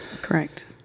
Correct